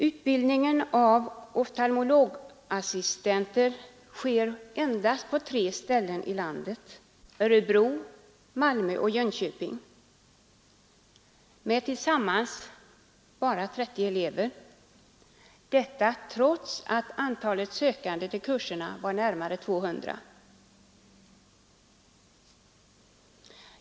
Utbildning av oftalmologassistenter bedrivs endast på tre ställen i landet, nämligen i Örebro, Malmö och Jönköping, med tillsammans endast ett trettiotal elever, trots att antalet sökande till kurserna var närmare 200.